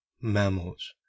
Mammals